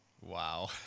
Wow